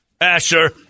Asher